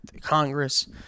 Congress